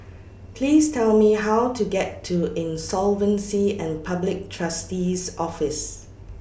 Please Tell Me How to get to Insolvency and Public Trustee's Office